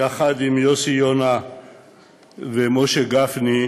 יחד עם יוסי יונה ומשה גפני,